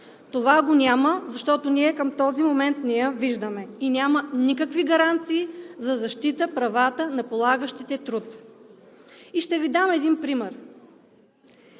Това го няма, защото към този момент не я виждаме и няма никакви гаранции за защита правата на полагащите труд. Ще Ви дам един пример.